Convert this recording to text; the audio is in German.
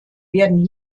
werden